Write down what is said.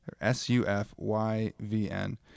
s-u-f-y-v-n